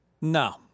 No